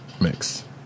mix